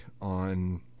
on